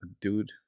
Dude